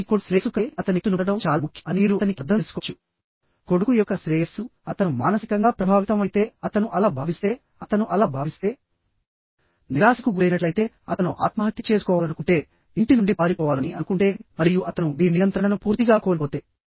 ఆపై మీ కొడుకు శ్రేయస్సు కంటే అతని గుర్తును పొందడం చాలా ముఖ్యం అని మీరు అతనికి అర్థం చేసుకోవచ్చు కొడుకు యొక్క శ్రేయస్సు అతను మానసికంగా ప్రభావితమైతే అతను అలా భావిస్తే అతను అలా భావిస్తే నిరాశకు గురైనట్లయితే అతను ఆత్మహత్య చేసుకోవాలనుకుంటే ఇంటి నుండి పారిపోవాలని అనుకుంటే మరియు అతను మీ నియంత్రణను పూర్తిగా కోల్పోతే